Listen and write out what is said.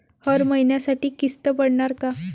हर महिन्यासाठी किस्त पडनार का?